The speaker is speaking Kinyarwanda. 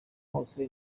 hose